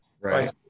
right